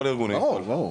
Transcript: ברור.